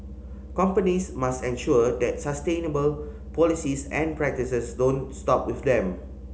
companies must ensure that sustainable policies and practices don't stop with them